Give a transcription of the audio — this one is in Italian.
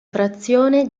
frazione